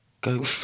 Go